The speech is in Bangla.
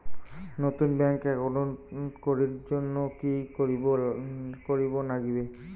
নতুন ব্যাংক একাউন্ট করির জন্যে কি করিব নাগিবে?